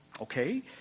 Okay